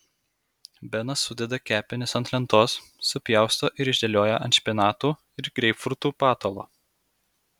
benas sudeda kepenis ant lentos supjausto ir išdėlioja ant špinatų ir greipfrutų patalo